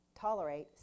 tolerate